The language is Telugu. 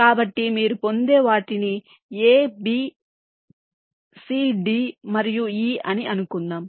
కాబట్టి మీరు పొందే వాటిని a b c d మరియు e అని అనుకుందాం